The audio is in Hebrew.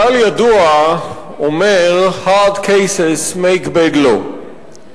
כלל ידוע אומר "Hard cases make bad law",